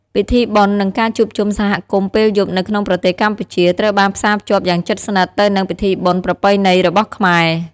ពិធីបុណ្យ និងការជួបជុំសហគមន៍ពេលយប់នៅក្នុងប្រទេសកម្ពុជា ត្រូវបានផ្សារភ្ជាប់យ៉ាងជិតស្និទ្ធទៅនឹងពិធីបុណ្យប្រពៃណីរបស់ខ្មែរ។